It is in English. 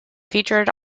featured